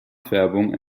färbung